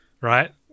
right